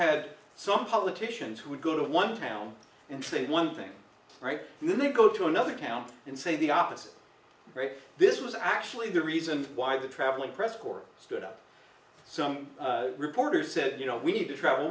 had some politicians who would go to one town and say one thing right and then go to another town and say the opposite great this was actually the reason why the traveling press corps stood up some reporter said you know we need to travel